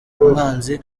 umwanzi